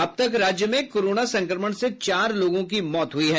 अब तक राज्य में कोरोना संक्रमण से चार लोगों की मौत हुई है